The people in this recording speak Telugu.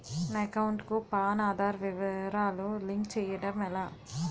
నా అకౌంట్ కు పాన్, ఆధార్ వివరాలు లింక్ చేయటం ఎలా?